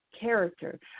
character